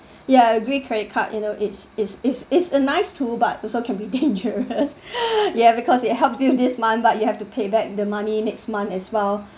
ya I agree credit card you know it's is is is a nice tool but also can be dangerous ya because it helps you with this month but you have to pay back the money next month as well